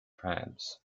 trams